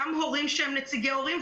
מהורים שהם נציגי הורים,